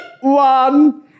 one